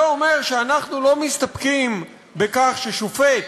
זה אומר שאנחנו לא מסתפקים בכך ששופט,